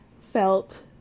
felt